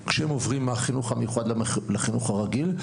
כשהם עוברים מהחינוך המיוחד לחינוך הרגיל.